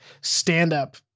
stand-up